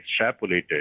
extrapolated